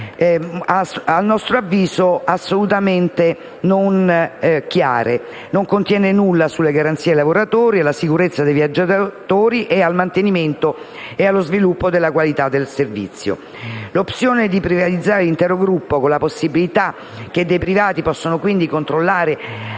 a nostro avviso è assolutamente non chiaro: non contiene infatti nulla sulle garanzie ai lavoratori, sulla sicurezza dei viaggiatori e sul mantenimento e lo sviluppo della qualità del servizio. L'opzione di privatizzare l'intero Gruppo, con la possibilità che dei privati possano, quindi, controllare